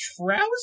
trousers